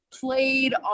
played